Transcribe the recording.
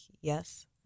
yes